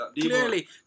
Clearly